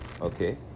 okay